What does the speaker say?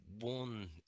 one